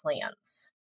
plans